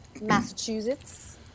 Massachusetts